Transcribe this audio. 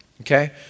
Okay